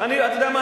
אתה יודע מה,